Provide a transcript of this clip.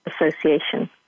association